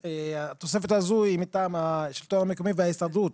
התוספת הזו היא מטעם השלטון המקומי וההסתדרות,